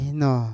no